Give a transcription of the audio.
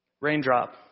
Raindrop